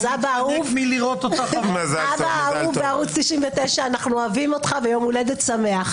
אז אבא אהוב: בערוץ 99 אנחנו אוהבים אותך ויום הולדת שמח.